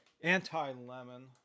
anti-lemon